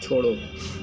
छोड़ो